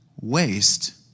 waste